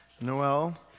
Noel